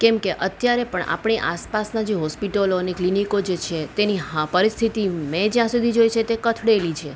કેમ કે અત્યારે પણ આપણી આસપાસના જે હોસ્પિટલો અને ક્લિનિકો જે છે તેની હા પરિસ્થિતિ મેં જ્યાં સુધી જોઈ છે ત્યાં સુધી તે કથળેલી છે